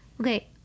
Okay